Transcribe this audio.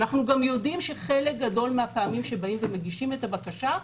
אנחנו גם יודעים שחלק גדול מהפעמים שבאים ומגישים את הבקשה,